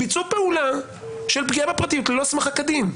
ביצעו פעולה של פגיעה בפרטיות ללא הסמכה כדין.